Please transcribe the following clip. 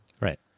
Right